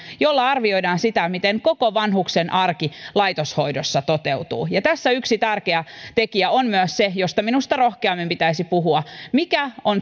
jolla arvioidaan sitä miten koko vanhuksen arki laitoshoidossa toteutuu tässä yksi tärkeä tekijä on myös se josta minusta rohkeammin pitäisi puhua mitkä ovat